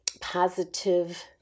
positive